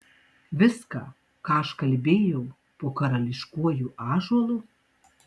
viską ką aš kalbėjau po karališkuoju ąžuolu